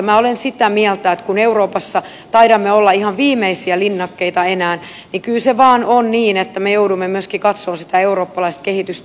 minä olen sitä mieltä että kun euroopassa taidamme olla ihan viimeisiä linnakkeita enää niin kyllä se vain niin on että me joudumme myöskin katsomaan sitä eurooppalaista kehitystä